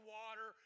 water